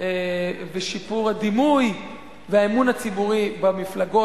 ושיפור הדימוי והאמון הציבורי במפלגות